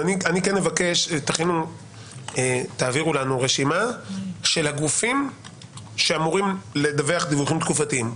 אני מבקש שתעבירו לנו רשימה של הגופים שאמורים לדווח דיווחים תקופתיים.